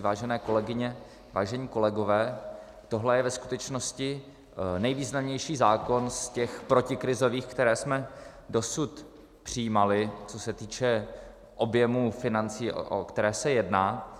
Vážené kolegyně, vážení kolegové, tohle je ve skutečnosti nejvýznamnější zákon z těch protikrizových, které jsme dosud přijímali, co se týče objemu financí, o které se jedná.